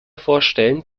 vorstellen